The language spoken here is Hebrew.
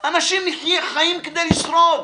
אנשים, נהיה חיים כדי לשרוד.